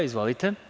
Izvolite.